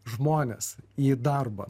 žmones į darbą